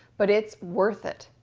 but it's worth it.